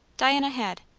diana had.